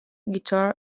guitar